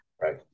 Right